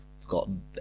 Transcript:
forgotten